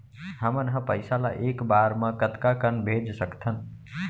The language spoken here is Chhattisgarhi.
हमन ह पइसा ला एक बार मा कतका कन भेज सकथन?